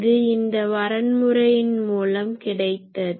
இது இந்த வரன்முறையின் மூலம் கிடைத்தது